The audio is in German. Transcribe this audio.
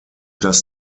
das